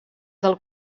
del